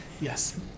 yes